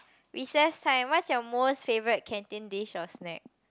recess time what's your most favorite canteen dish or snack